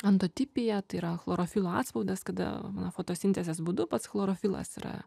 andotipija tai yra chlorofilo atspaudas kada fotosintezės būdu pats chlorofilas yra